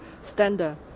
standard